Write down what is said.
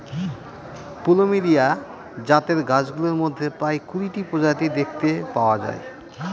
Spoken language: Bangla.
প্লুমেরিয়া জাতের গাছগুলোর মধ্যে প্রায় কুড়িটা প্রজাতি দেখতে পাওয়া যায়